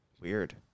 Weird